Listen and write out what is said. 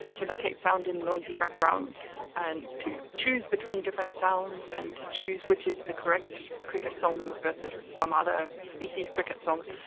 to locate sound in noisy backgrounds and to choose between different sounds and to choose which is the correct cricket song versus some other species' cricket song.